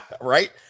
Right